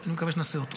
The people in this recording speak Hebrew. ואני מקווה שנעשה אותו.